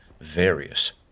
various